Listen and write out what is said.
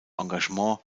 engagement